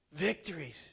victories